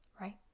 Right